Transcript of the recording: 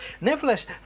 nevertheless